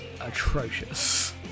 atrocious